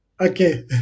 Okay